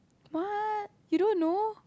what you don't know